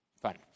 fun